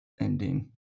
ending